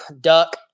duck